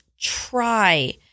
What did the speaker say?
try